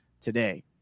today